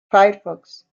firefox